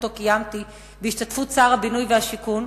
שאותו קיימתי בהשתתפות שר הבינוי והשיכון,